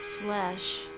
flesh